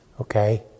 okay